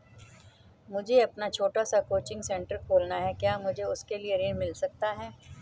मुझे अपना छोटा सा कोचिंग सेंटर खोलना है क्या मुझे उसके लिए ऋण मिल सकता है?